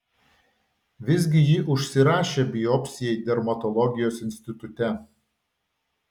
visgi ji užsirašė biopsijai dermatologijos institute